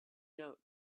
note